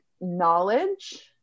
knowledge